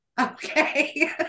Okay